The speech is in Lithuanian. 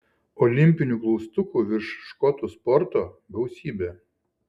olimpinių klaustukų virš škotų sporto gausybė